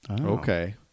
Okay